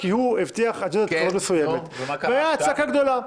כי הוא הבטיח אג'נדה מסוימת והיה צעקה גדולה.